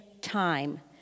time